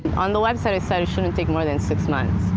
um the website it said it shouldn't take more than six months.